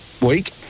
week